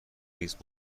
نیست